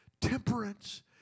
temperance